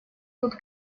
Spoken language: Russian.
тут